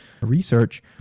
research